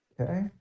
Okay